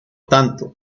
tanto